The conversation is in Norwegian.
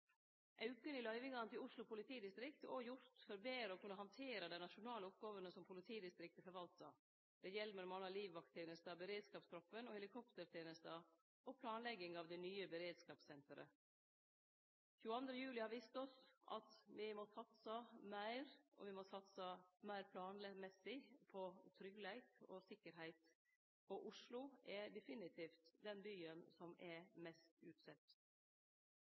Auken i løyvingane til Oslo politidistrikt er også gjort for betre å kunne handtere dei nasjonale oppgåvene som politidistriktet forvaltar. Dette gjeld m.a. livvakttenesta, beredskapstroppen, helikoptertenesta og planlegging av det nye beredskapssenteret. 22. juli har vist oss at me må satse meir, og me må satse meir planmessig på tryggleik, på sikkerheit, og Oslo er definitivt den byen som er mest utsett.